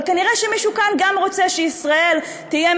אבל כנראה שמישהו כאן גם רוצה שישראל תהיה,